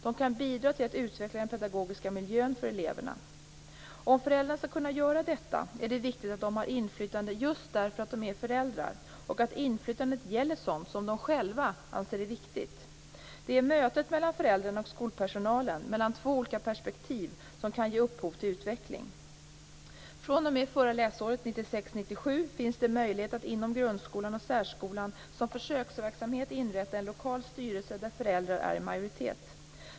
De kan bidra till att utveckla den pedagogiska miljön för eleverna. Om föräldrarna skall kunna göra detta är det viktigt att de har inflytande just för att de är föräldrar och att inflytandet gäller sådant som de själva anser vara viktigt. Det är mötet mellan föräldrarna och skolpersonalen, mellan två olika perspektiv, som kan ge upphov till utveckling. fr.o.m. läsåret 1996/97 finns det möjlighet att inom grundskolan och särskolan som försöksverksamhet inrätta en lokal styrelse där föräldrar är i majoritet.